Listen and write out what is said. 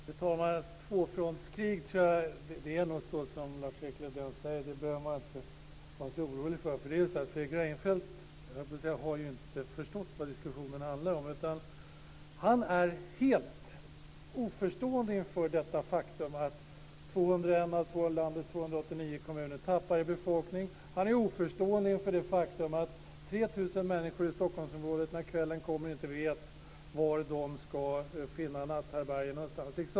Fru talman! Det är nog så som Lars-Erik Lövdén säger, att något tvåfrontskrig behöver man inte vara så orolig för. Fredrik Reinfeldt har ju inte förstått vad diskussionen handlar om, utan han är helt oförstående inför det faktum att 201 av landets 289 kommuner tappar i befolkning. Han är oförstående inför det faktum att 3 000 människor i Stockholmsområdet när kvällen kommer inte vet var de ska finna natthärbärge någonstans.